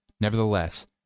Nevertheless